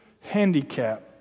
handicap